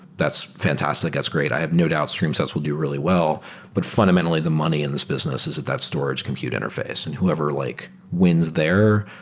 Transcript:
that's fantastic. that's great. i have no doubt stream sets will do really. but, fundamentally, the money in this business is at that storage compute interface and whoever like wins there,